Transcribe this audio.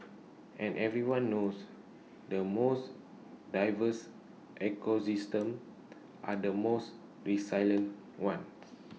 and everyone knows the most diverse ecosystem are the most re silent ones